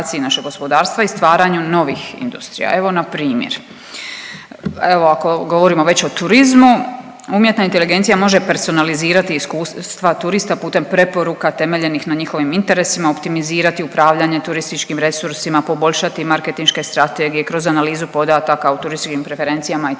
našeg gospodarstva i stvaranju novih industrija. Evo na primjer. Evo ako govorimo već o turizmu umjetna inteligencija može personalizirati iskustva turista putem preporuka temeljenih na njihovim interesima, optimizirati upravljanje turističkim resursima, poboljšati markentiške strategije kroz analizu podataka u turističkim preferencijama